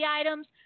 items